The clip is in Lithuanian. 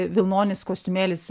vilnonis kostiumėlis